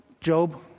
Job